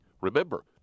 remember